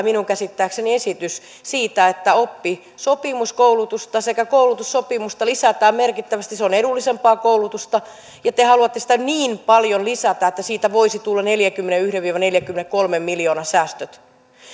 minun käsittääkseni esitys siitä että oppisopimuskoulutusta sekä koulutussopimusta lisätään merkittävästi se on edullisempaa koulutusta ja te haluatte sitä niin paljon lisätä että siitä voisi tulla neljänkymmenenyhden viiva neljänkymmenenkolmen miljoonan säästöt